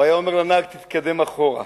הוא היה אומר לנהג: "תתקדם אחורה".